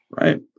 Right